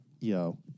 Yo